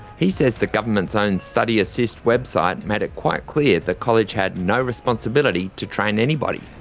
he says the government's own study assist website made it quite clear the college had no responsibility to train anybody.